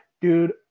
dude